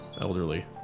Elderly